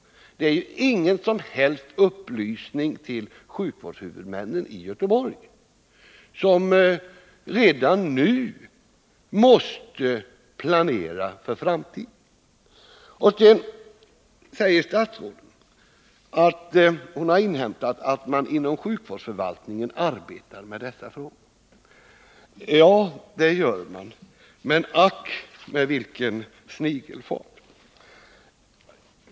Det ger ingen som helst upplysning till sjukvårdshuvudmännen i Göteborg, som redan nu måste planera för framtiden. Sedan säger statsrådet att hon inhämtat att man inom sjukvårdsförvaltningen arbetar med dessa frågor. Ja, det gör man — men ack med vilken snigelfart!